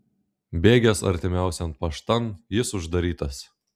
bėgęs artimiausian paštan jis uždarytas